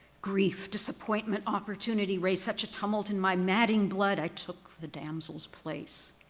grief, disappointment, opportunity raise such a tumult in my madding blood i took the damsel's place.